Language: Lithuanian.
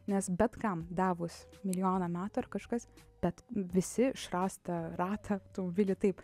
nes bet kam davus milijoną metų kažkas bet visi išras tą ratą automobilį taip